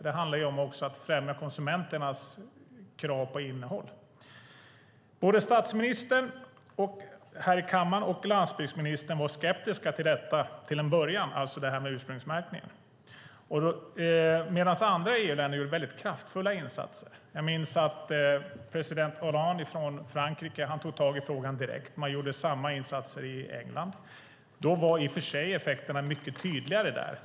Det handlar ju också om att främja konsumenternas krav på innehållet. Både statsministern här i kammaren och landsbygdsministern var skeptiska till ursprungsmärkningen till en början, medan andra EU-länder gjorde väldigt kraftfulla insatser. Jag minns att president Hollande i Frankrike tog tag i frågan direkt. Man gjorde samma insatser i England. Effekterna var i och för sig mycket tydligare där.